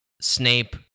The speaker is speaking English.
Snape